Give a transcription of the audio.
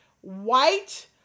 white